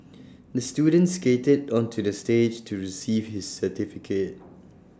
the student skated onto the stage to receive his certificate